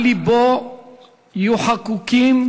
על לבו יהיו חקוקים